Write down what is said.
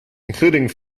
including